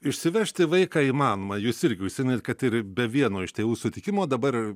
išsivežti vaiką įmanoma jūs irgi užsiminėt kad ir be vieno iš tėvų sutikimo dabar